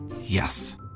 Yes